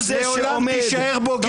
לעולם תישאר בוגד.